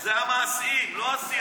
זה המעשים, לא השיח.